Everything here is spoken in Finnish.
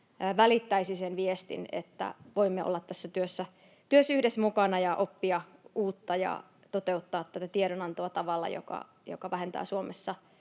välittäisi sen viestin, että voimme olla tässä työssä yhdessä mukana ja oppia uutta ja toteuttaa tätä tiedonantoa tavalla, joka vähentää Suomessa